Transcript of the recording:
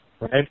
Right